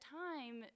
time